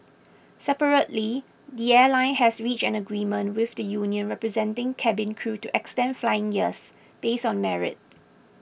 separately the airline has reached an agreement with the union representing cabin crew to extend flying years based on merit